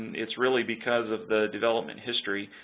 it's really because of the development history.